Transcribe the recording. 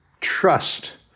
Trust